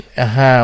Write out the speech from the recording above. aha